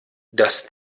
dass